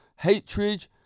hatred